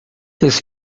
his